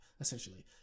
essentially